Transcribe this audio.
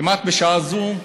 כמעט בשעה זו,